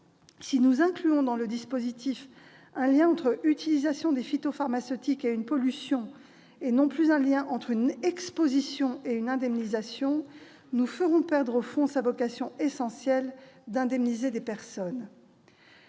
Si nous incluons dans le dispositif un lien entre utilisation des produits phytopharmaceutiques et une pollution, et non plus un lien entre une exposition et une indemnisation, nous ferons perdre au fonds sa vocation essentielle d'indemniser des personnes.